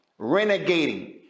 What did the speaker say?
renegating